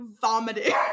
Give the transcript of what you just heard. vomiting